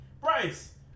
Bryce